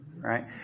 Right